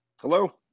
Hello